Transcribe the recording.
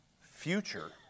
future